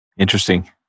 Interesting